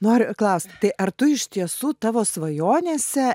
noriu klaust tai ar tu iš tiesų tavo svajonėse